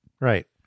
Right